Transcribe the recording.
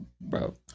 bro